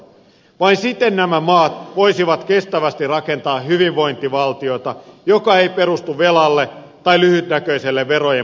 vain siten nämä maat voisivat kestävästi rakentaa hyvinvointivaltiota joka ei perustu velalle tai lyhytnäköiselle verojen polkumyynnille